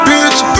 Bitch